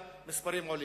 כשמספר המשתמשים עולה.